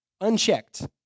unchecked